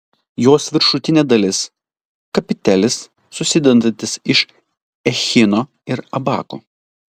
jos viršutinė dalis kapitelis susidedantis iš echino ir abako